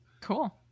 Cool